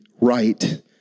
right